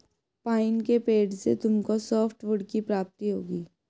pine के पेड़ से तुमको सॉफ्टवुड की प्राप्ति होगी